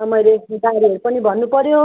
र मैले हेरी हेरी पनि भन्नु पर्यो